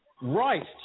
Right